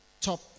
top